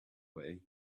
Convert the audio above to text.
way